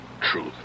truth